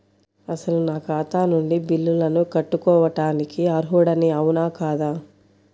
అసలు నా ఖాతా నుండి బిల్లులను కట్టుకోవటానికి అర్హుడని అవునా కాదా?